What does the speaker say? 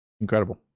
Incredible